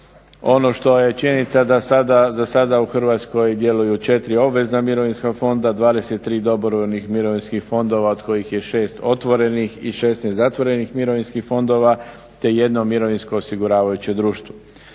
Ono što je činjenica da zasada u Hrvatskoj djeluju 4 obvezna mirovinska fonda, 23 dobrovoljnih mirovinskih fondova od kojih je 6 otvorenih i 16 zatvorenih mirovinskih fondova te jedno mirovinsko osiguravajuće društvo.